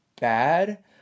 bad